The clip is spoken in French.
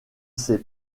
ses